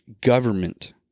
government